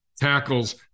tackles